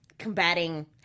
combating